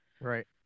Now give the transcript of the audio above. Right